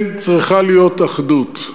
כן צריכה להיות אחדות.